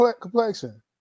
complexion